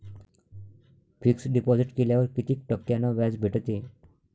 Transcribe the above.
Fix deposit केल्यावर कितीक टक्क्यान व्याज भेटते?